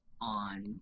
on